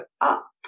up